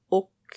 och